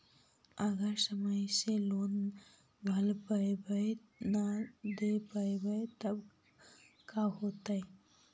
अगर समय से लोन बाला पैसा न दे पईबै तब का होतै?